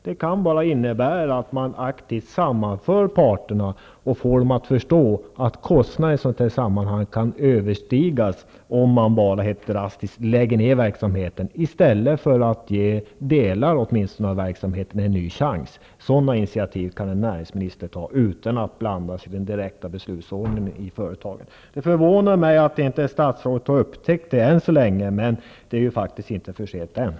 Det kan innebära att regeringen aktivt sammanför parterna och får dem att förstå att kostnaderna i ett sådant här sammanhang kan överstiga besparingarna om man bara helt drastiskt lägger ner verksamheten i stället för att ge åtminstone delar av verksamheten en ny chans. Sådana initiativ kan en näringsminister ta utan att direkt blanda sig i beslutsordningen i företagen. Det förvånar mig att statsrådet inte än så länge har upptäckt det. Men det är ännu inte för sent.